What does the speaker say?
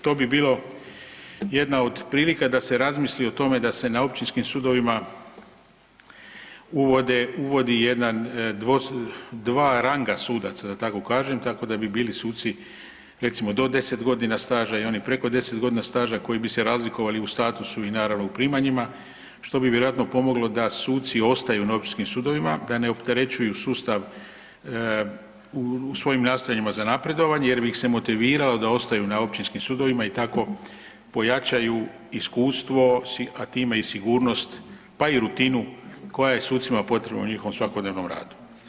To bi bilo jedna od prilika da se razmisli o tome da se na općinskim sudovima uvode, uvodi jedan dva ranga sudaca da tako kažem, tako da bi bili suci do 10 godina staža i oni preko 10 godina staža koji bi se razlikovali u statusu i naravno u primanjima što bi vjerojatno pomoglo da suci ostaju na općinskim sudovima, da ne opterećuju sustav u svojim nastojanjima za napredovanje jer bi ih se motiviralo da ostaju na općinskim sudovima i tako pojačaju iskustvo si, a time i sigurnost pa i rutinu koja je sucima potrebna u njihovom svakodnevnom radu.